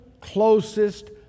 closest